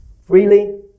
Freely